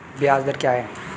ब्याज दर क्या है?